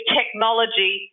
technology